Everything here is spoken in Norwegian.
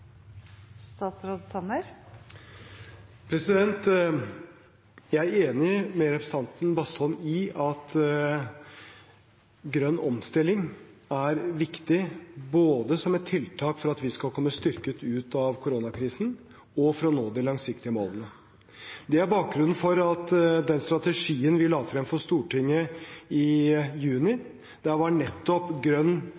viktig både som et tiltak for at vi skal komme styrket ut av koronakrisen, og for å nå de langsiktige målene. Det er bakgrunnen for at i den strategien vi la frem for Stortinget i